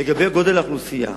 לגבי גודל האוכלוסייה,